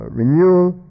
renewal